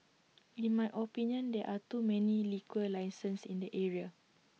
in my opinion there are too many liquor licenses in the area